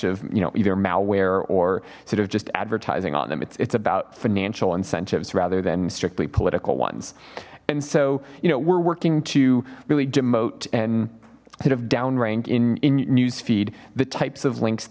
of you know either malware or sort of just advertising on them it's about financial incentives rather than strictly political ones and so you know we're working to really demote and sort of down rank in news feed the types of links